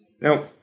Now